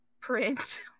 print